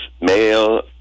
male